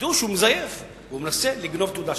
ידעו שהוא מזייף ומנסה לגנוב את התעודה שלך.